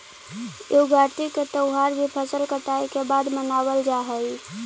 युगादि के त्यौहार भी फसल कटाई के बाद मनावल जा हइ